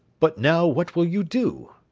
but now what will you do?